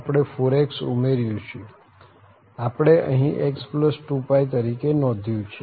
આપણે 4x ઉમેર્યું છે આપણે અહી x2π તરીકે નોંધ્યું છે